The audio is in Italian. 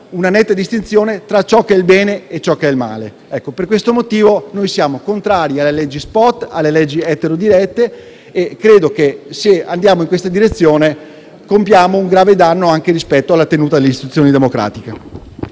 una netta distinzione tra ciò che è bene e ciò che è male. Per questo motivo noi siamo contrari alle leggi *spot*, alle leggi eterodirette e credo che, se andremo in questa direzione, arrecheremo un grave danno alle istituzioni democratiche